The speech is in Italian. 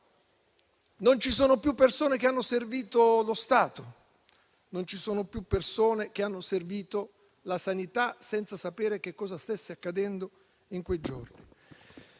Non ci sono più persone che hanno servito lo Stato e non ci sono più persone che hanno servito la sanità, senza sapere cosa stesse accadendo in quei giorni.